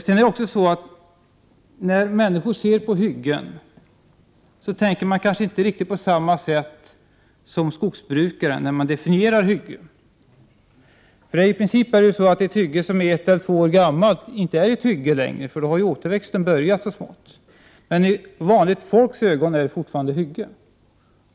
Det är också så att när människor ser på hyggen tänker de inte på samma sätt som skogsbrukaren när de definierar hyggen. I princip är ett hygge som är ett eller två år gammalt inte ett hygge längre, för då har återväxten börjat så smått, men i vanliga människors ögon är de hyggen.